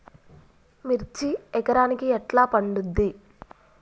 మిర్చి ఎకరానికి ఎట్లా పండుద్ధి?